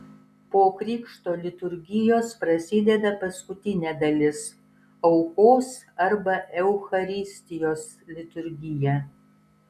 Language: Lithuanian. po krikšto liturgijos prasideda paskutinė dalis aukos arba eucharistijos liturgija